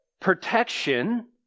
protection